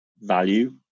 value